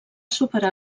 superar